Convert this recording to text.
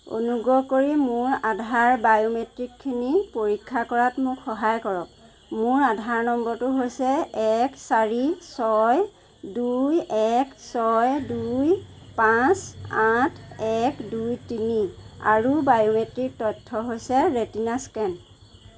অনুগ্ৰহ কৰি মোৰ আধাৰ বায়োমেট্ৰিকখিনি পৰীক্ষা কৰাত মোক সহায় কৰক মোৰ আধাৰ নম্বৰটো হৈছে এক চাৰি ছয় দুই এক ছয় দুই পাঁচ আঠ এক দুই তিনি আৰু বায়োমেট্ৰিক তথ্য হৈছে ৰেটিনা স্কেন